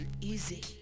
easy